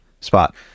spot